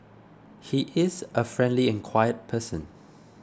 he is a friendly and quiet person